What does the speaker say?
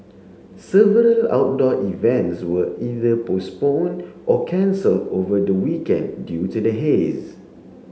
several outdoor events were either postponed or cancelled over the weekend due to the haze